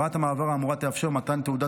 הוראת המעבר האמורה תאפשר מתן תעודת